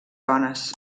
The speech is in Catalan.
dones